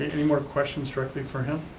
any more questions directly for him?